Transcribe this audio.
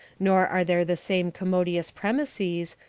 nor are there the same commodious premises,